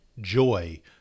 joy